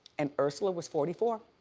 and ursula was forty four.